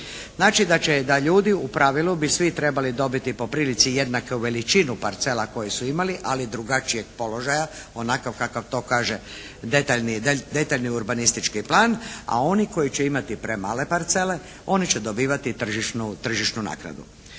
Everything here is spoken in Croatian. Znači da će, da ljudi u pravilu bi svi trebali dobiti po prilici jednaku veličinu parcela koju su imali ali drugačijeg položaja onakav kakav to kaže detaljni urbanistički plan, a oni koji će imati premale parcele oni će dobivati tržišnu naknadu.